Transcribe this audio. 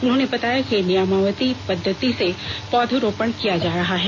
उन्होंने बताया कि नियामाती पद्धति से पौधारोपण भी किया जा रहा है